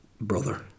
brother